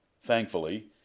Thankfully